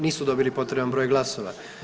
Nisu dobili potreban broj glasova.